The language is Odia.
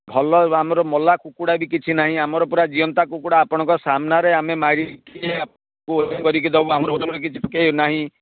ଭଲ ଆମର ମଲା କୁକୁଡ଼ା ବି କିଛି ନାହିଁ ଆମର ପୁରା ଜୀଅନ୍ତା କୁକୁଡ଼ା ଆପଣଙ୍କ ସାମ୍ନାରେ ଆମେ ମାରିକି ଓଜନ କରିକି ଦେବୁ ଆମର ଓଜନରେ କିଛି ନାହିଁ